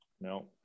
No